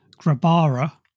Grabara